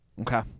Okay